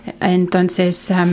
entonces